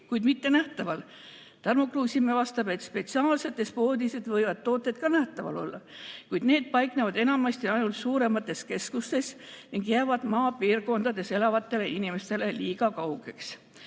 kuid mitte nähtaval. Tarmo Kruusimäe vastab, et spetsiaalsetes poodides võivad tooted ka nähtaval olla, kuid need paiknevad enamasti ainult suuremates keskustes ning jäävad maapiirkondades elavatele inimestele liiga kaugeks.